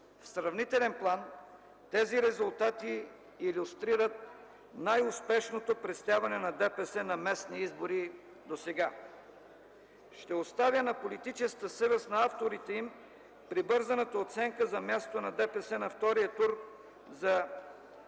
В сравнителен план тези резултати илюстрират най-успешното представяне на ДПС на местни избори досега. Ще оставя на политическата съвест на авторите им прибързаната оценка за мястото на ДПС на втория тур за